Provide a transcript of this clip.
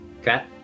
Okay